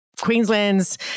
Queensland's